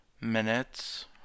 minutes